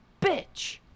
bitch